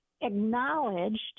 acknowledged